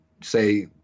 say